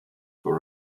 for